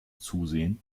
zusehen